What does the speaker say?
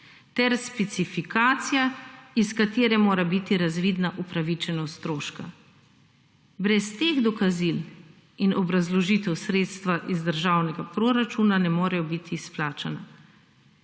ter specifikacija iz katere mora biti razvidna upravičenost stroška. Brez teh dokazil in obrazložitev sredstva iz državnega proračuna ne more biti izplačana,